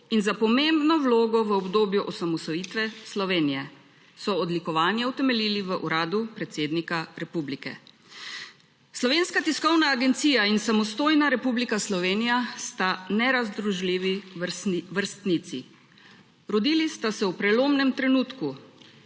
in za pomembno vlogo v obdobju osamosvojitve Slovenije, so odlikovanje utemeljili v uradu predsednika republike. Slovenska tiskovna agencija in samostojna Republika Slovenija sta nerazdružljivi vrstnici. Rodili sta se v prelomnem trenutku,